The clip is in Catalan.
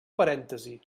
parèntesi